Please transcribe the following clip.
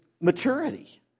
maturity